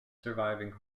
surviving